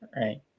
Right